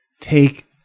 take